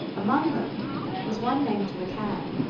among them was one named mccann,